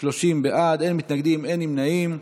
30 בעד, אין מתנגדים, אין נמנעים.